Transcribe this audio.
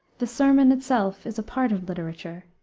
the sermon itself is a part of literature,